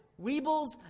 weebles